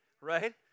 Right